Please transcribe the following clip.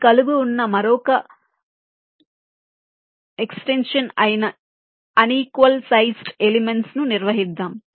మీరు కలిగి ఉన్న మరొక ఎక్స్టెన్షన్ అయిన అన్ఈక్వల్ సైజ్డ్ ఎలిమెంట్స్ ను నిర్వహిద్దాం